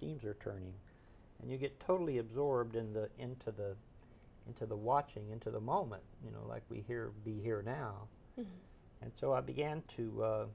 seams are turning and you get totally absorbed in the into the into the watching into the moment you know like we hear be here now and so i began to